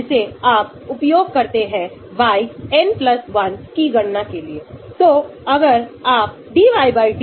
अम्लीय स्थिति के तहत हमारे पास केवल steric प्रभाव होगा यही कारण है कि यहां हमने सिग्मा L का उल्लेख किया है क्योंकि आप steric प्रभाव भी तस्वीर में आ सकते हैं